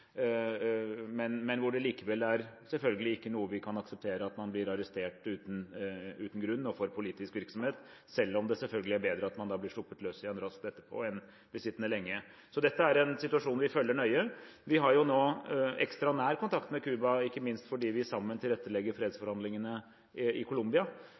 men det er likevel selvfølgelig ikke noe vi kan akseptere; at man blir arrestert uten grunn og for politisk virksomhet, selv om det selvfølgelig er bedre at man blir sluppet løs igjen raskt etterpå enn at man blir sittende lenge. Så dette er en situasjon vi følger nøye. Vi har nå ekstra nær kontakt med Cuba, ikke minst fordi vi sammen tilrettelegger fredsforhandlingene i Colombia,